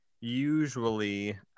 usually